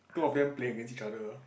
two of them play against each other